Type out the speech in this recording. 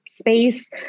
space